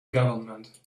government